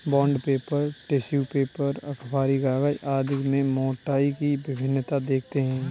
bond paper, tissue paper, अखबारी कागज आदि में मोटाई की भिन्नता देखते हैं